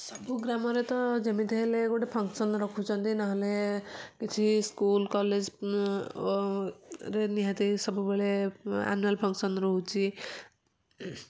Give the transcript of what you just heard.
ସବୁ ଗ୍ରାମରେ ତ ଯେମିତି ହେଲେ ଗୋଟେ ଫକ୍ସନ୍ ରଖୁଛନ୍ତି ନହେଲେ କିଛି ସ୍କୁଲ କଲେଜ ରେ ନିହାତି ସବୁବେଳେ ଆନୁଆଲ୍ ଫକ୍ସନ ରହୁଛି